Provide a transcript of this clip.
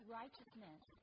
righteousness